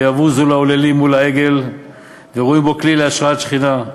ויבוזו להוללים מול העגל ורואים בו כלי להשראת שכינה,